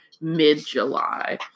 mid-July